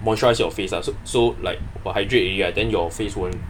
moisturise your face ah so so like will hydrate already right then your face won't